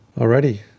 Already